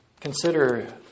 consider